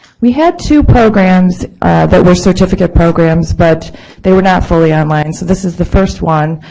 we had two programs that were certificate programs, but they were not fully online, so this is the first one.